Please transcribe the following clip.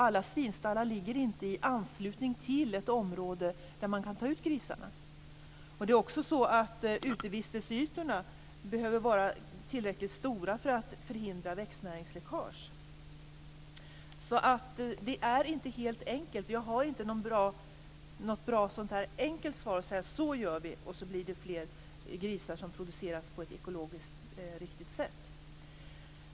Alla svinstallar ligger inte i anslutning till ett område där man kan ta ut grisarna. Det är också så att utevistelseytorna behöver vara tillräckligt stora för att förhindra växtnäringsläckage. Det är inte helt enkelt. Jag har inte något bra enkelt svar, så att jag kan säga: Så gör vi, och så blir det fler grisar som produceras på ett ekologiskt riktigt sätt.